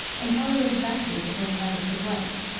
and follow exactly the same habits of life.